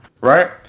right